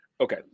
okay